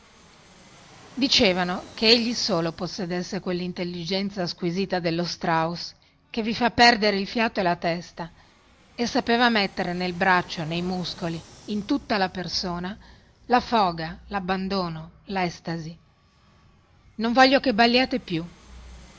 dicevano che egli solo possedesse quellintelligenza squisita dello strauss che vi fa perdere il fiato e la testa e sapeva mettere nel braccio nei muscoli in tutta la persona la foga labbandono lestasi non voglio che balliate più